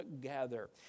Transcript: gather